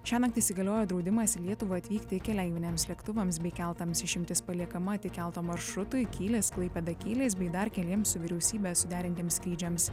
šiąnakt įsigaliojo draudimas į lietuvą atvykti keleiviniams lėktuvams bei keltams išimtis paliekama tik kelto maršrutui kylis klaipėda kylis bei dar keliems vyriausybės suderintiems skrydžiams